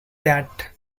that